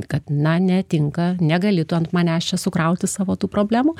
kad na netinka negali tu ant manęs čia sukrauti savo tų problemų